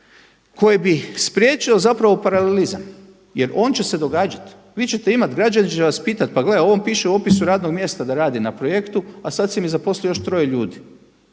koje bi spriječilo paralelizam jer on će se događati. Vi ćete imati, građani će vas pitati pa gle ovom piše u opisu radnog mjesta da radi na projektu, a sada si mi zaposlio još troje ljudi.